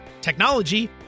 technology